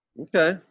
Okay